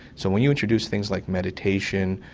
so when you introduce things like meditation,